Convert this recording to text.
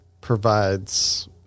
provides